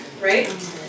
Right